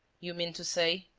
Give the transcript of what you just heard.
you mean to say?